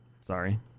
Sorry